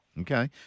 Okay